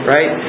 Right